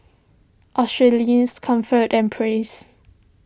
Australis Comfort and Praise